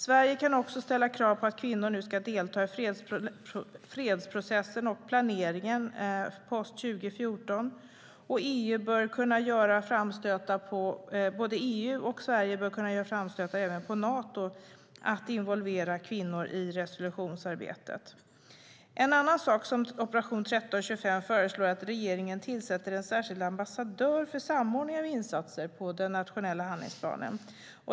Sverige kan också ställa krav på att kvinnor ska delta i fredsprocessen och planeringen post 2014. Både EU och Sverige bör kunna göra framstötar på Nato att involvera kvinnor i resolutionsarbetet. En annan sak som Operation 1325 föreslår är att regeringen tillsätter en särskild ambassadör för samordning av insatser för den nationella handlingsplanen.